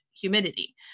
humidity